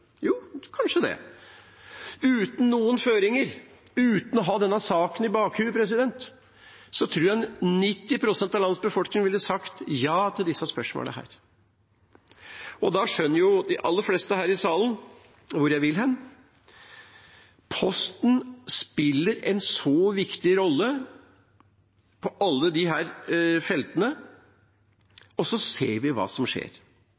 det. Uten noen føringer, uten å ha denne saken i bakhodet, tror jeg 90 pst. av landets befolkning ville ha svart ja på disse spørsmålene, og da skjønner jo de aller fleste her i salen hvor jeg vil hen. Posten spiller en så viktig rolle på alle disse feltene – og så ser vi hva som skjer.